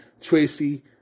Tracy